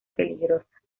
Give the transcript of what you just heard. peligrosa